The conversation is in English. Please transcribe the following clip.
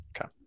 Okay